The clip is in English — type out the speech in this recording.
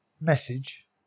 message